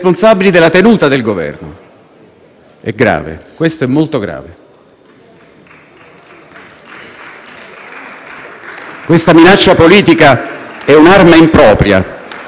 Questa minaccia politica è un'arma impropria, al contrario di quello che fa pensare la relazione di maggioranza. Infatti, noi non stiamo giudicando il Governo,